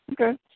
Okay